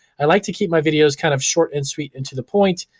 i like to keep my videos kind of short and sweet and to the point.